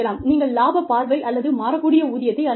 நீங்கள் இலாபப் பகிர்வை அல்லது மாறக் கூடிய ஊதியத்தை அளிக்கலாம்